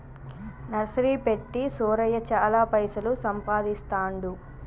nursery పెట్టి సూరయ్య చాల పైసలు సంపాదిస్తాండు